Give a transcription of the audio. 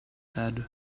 had